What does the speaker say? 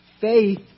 faith